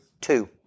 Two